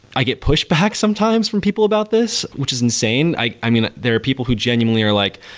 i get pushback sometimes from people about this, which is insane. i i mean, there are people who genuinely are like,